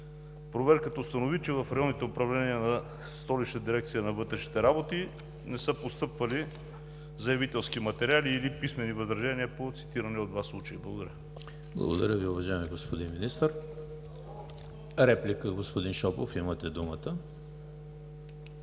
Проверката установи, че в ,районните управления на Столичната дирекция на вътрешните работи не са постъпвали заявителски материали или писмени възражения по цитирани от Вас случаи. Благодаря. ПРЕДСЕДАТЕЛ ЕМИЛ ХРИСТОВ: Благодаря Ви, уважаеми господин Министър. Реплика – господин Шопов, имате думата.